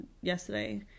yesterday